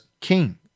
King